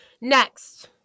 Next